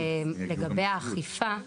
לגבי האכיפה,